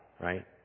right